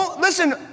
listen